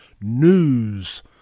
news